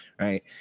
right